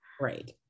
right